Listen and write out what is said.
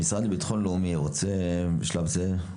המשרד לביטחון לאומי רוצה לדבר בשלב זה?